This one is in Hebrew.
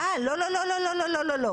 אה, לא, לא, לא.